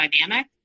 dynamic